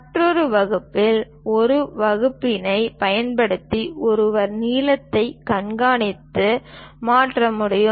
மற்றொன்று வகுப்பி ஒரு வகுப்பினைப் பயன்படுத்தி ஒருவர் நீளத்தைக் கண்காணித்து மாற்ற முடியும்